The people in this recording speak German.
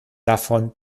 davon